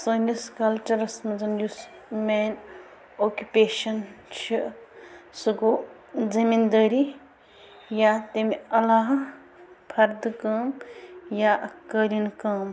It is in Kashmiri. سٲنِس کلچَرس منٛز یُس مین آکِپیشن چھُ سُہ گوٚو زٔمیٖن دٲری یا تمہِ عَلاوٕ فردٕ کٲم یا قٲلیٖن کٲم